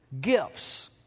gifts